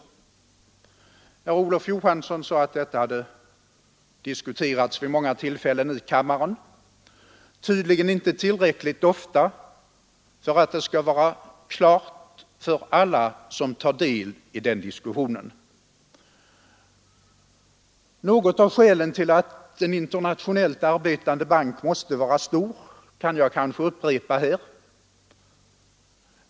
Herr Olof Johansson sade att bankernas storlek hade diskuterats vid många tillfällen i kammaren. Tydligen inte tillräckligt ofta för att läget skall vara klart för alla som tar del i den diskussionen. Några av skälen till att en internationellt arbetande bank måste vara stor bör jag därför kanske upprepa här.